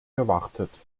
gewartet